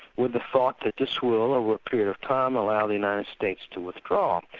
with the thought that this will, over a period of time, allow the united states to withdraw.